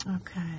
Okay